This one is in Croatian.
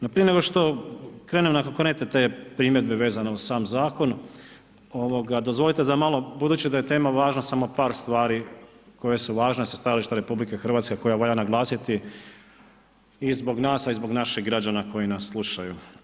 No prije nego što krenem na konkretne te primjedbe vezano uz sam zakon, dozvolite da malo, budući da je tema važna samo par stvari koje su važne sa stajališta RH koja valja naglasiti i zbog nas, a i zbog naših građana koji nas slušaju.